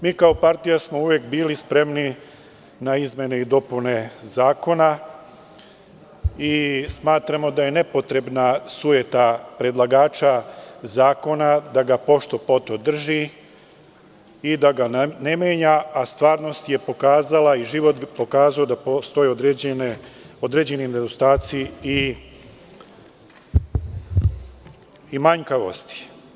Mi kao partija smo uvek bili spremni na izmene i dopune zakona i smatramo da je nepotrebna sujeta predlagača zakona da ga pošto poto drži i da ga ne menja, a stvarnost je pokazala i život je pokazao da postoje određeni nedostaci i manjkavosti.